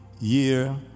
year